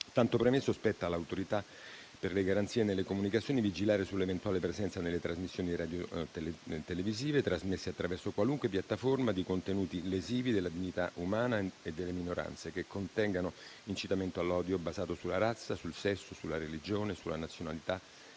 Tanto premesso, spetta all'Autorità per le garanzie nelle comunicazioni vigilare sull'eventuale presenza, nelle trasmissioni televisive trasmesse attraverso qualunque piattaforma, di contenuti lesivi della dignità umana e delle minoranze, che contengano incitamento all'odio basato sulla razza, sul sesso, sulla religione, sulla nazionalità,